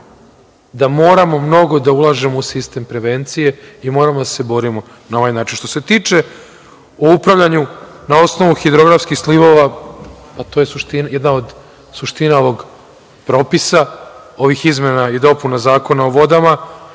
da moramo mnogo da ulažemo u sistem prevencije i moramo da se borimo na ovaj način. Što se tiče upravljanja na osnovu hidrografskih slivova, to je jedna od suština ovog propisa, ovih izmena i dopuna Zakona o vodama.